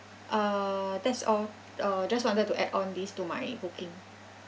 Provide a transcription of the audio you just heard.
uh that's all uh just wanted to add on this to my booking